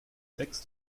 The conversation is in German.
sechs